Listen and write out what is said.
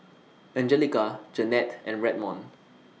Angelica Jennette and Redmond